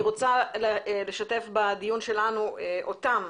אני רוצה לשתף בדיון שלנו אותם.